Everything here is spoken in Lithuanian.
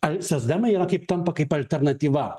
ar socdemai yra kaip tampa kaip alternatyva